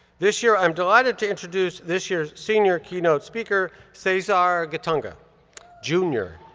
this year, i'm delighted to introduce this year's senior keynote speaker, cesar guitunga jr,